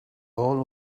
all